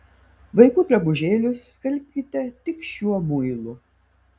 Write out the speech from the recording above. vaikų drabužėlius skalbkite tik šiuo muilu